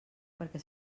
perquè